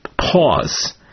pause